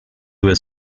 was